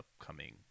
upcoming